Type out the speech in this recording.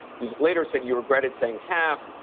you later said you regretted saying half.